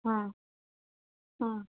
হ্যাঁ হুম